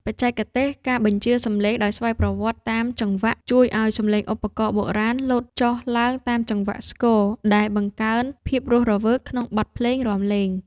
បច្ចេកទេស ការបញ្ជាសំឡេងដោយស្វ័យប្រវត្តិតាមចង្វាក់ ជួយឱ្យសំឡេងឧបករណ៍បុរាណ លោតចុះឡើងតាមចង្វាក់ស្គរ ដែលបង្កើនភាពរស់រវើកក្នុងបទភ្លេងរាំលេង។